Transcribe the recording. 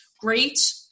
great